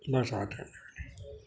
બસ